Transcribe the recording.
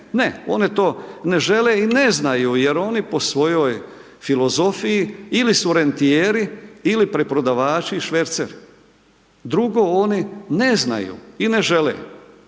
Ne, oni to ne žele i ne znaju jer oni po svojoj filozofiji ili su rentijeri, ili preprodavači i šverceri. Drugo oni ne znaju i ne žele.